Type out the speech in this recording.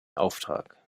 auftrag